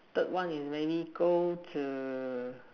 third one is maybe go to